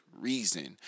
reason